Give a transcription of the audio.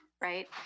Right